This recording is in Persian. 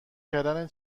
کردن